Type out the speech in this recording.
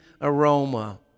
aroma